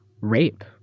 rape